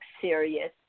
serious